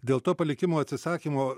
dėl to palikimo atsisakymo